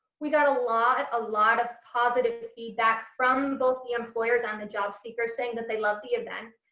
we got a lot a lot of positive feedback from both the employers on the job seeker saying that they love the event.